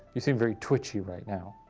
you seem very twitchy right now.